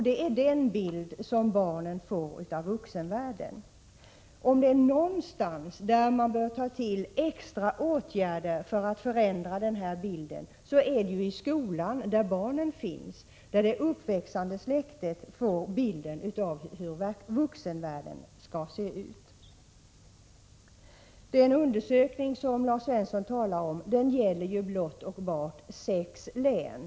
Detta är den bild som barnen får av vuxenvärlden. Om det är någonstans som man bör ta till extra åtgärder för att ändra den här bilden är det ju i skolan där barnen finns, där det uppväxande släktet får bilden av hur vuxenvärlden skall se ut. Den undersökning som Lars Svensson talade om gäller ju blott och bart sex län.